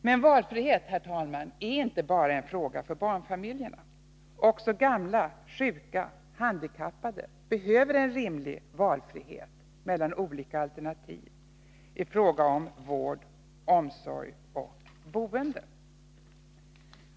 Men valfrihet, herr talman, är inte bara en fråga för barnfamiljerna. Också gamla, sjuka och handikappade behöver en rimlig valfrihet mellan olika alternativ i fråga om vård, omsorg och boende.